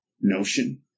notion